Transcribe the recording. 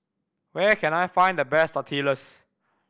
where can I find the best Tortillas